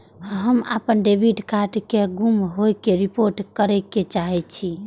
हम अपन debit card के गुम होय के रिपोर्ट करे के चाहि छी